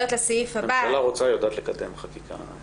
כשהממשלה רוצה, היא יודעת לקדם חקיקה.